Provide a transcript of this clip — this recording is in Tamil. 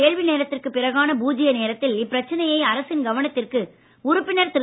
கேள்வி நேரத்திற்கு பிறகான பூஜ்ய நேரத்தில் இப்பிரச்சனையை அரசின் கவனத்திற்கு உறுப்பினர் திரு